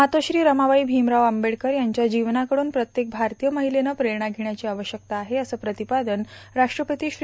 मातोश्री रमाबाई भीमराव आंबेडकर यांच्या जीवनाकडून प्रत्येक भारतीय महिलेनं प्रेरणा घेण्याची आवश्यकता आहे असं प्रतिपादन राष्ट्रपती श्री